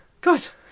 guys